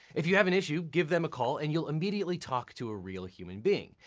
if you have an issue, give them a call, and you'll immediately talk to a real human being.